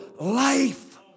life